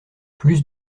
plus